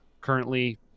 currently